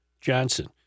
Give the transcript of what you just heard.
Johnson